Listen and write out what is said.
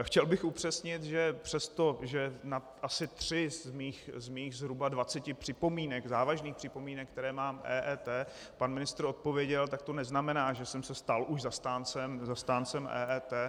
Chtěl bych upřesnit, že přesto, že asi tři z mých zhruba dvaceti připomínek, závažných připomínek, které mám k EET, pan ministr odpověděl, tak to neznamená, že jsem se stal už zastáncem EET.